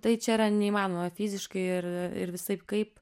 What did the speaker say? tai čia yra neįmanoma fiziškai ir ir visaip kaip